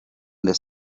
this